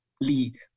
lead